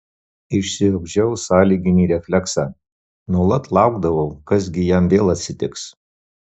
išsiugdžiau sąlyginį refleksą nuolat laukdavau kas gi jam vėl atsitiks